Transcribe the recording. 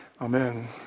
Amen